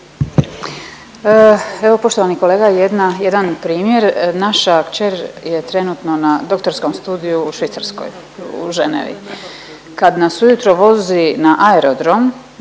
Evo poštovani kolega jedan primjer, naša kćer je trenutno na doktorskom studiju u Švicarskoj u Ženevi, kad nas ujutro vozi na aerodrom